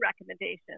recommendations